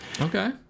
okay